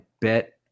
bet